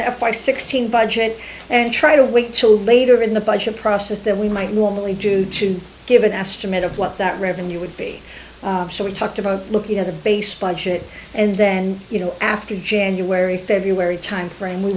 y sixteen budget and try to wait till later in the budget process that we might normally do to give an estimate of what that revenue would be so we talked about looking at the base budget and then you know after january february timeframe we